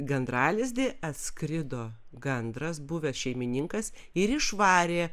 gandralizdį atskrido gandras buvęs šeimininkas ir išvarė